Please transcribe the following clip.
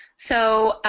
so